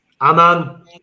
Aman